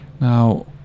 Now